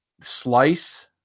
slice